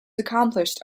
accomplished